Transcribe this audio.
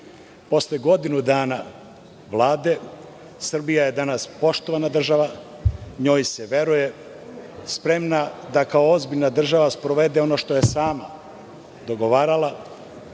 dalje. Posle godinu dana Vlade, Srbija je danas poštovana država. Njoj se veruje. Spremna je da kao ozbiljna država sprovede ono što je sama dogovarala.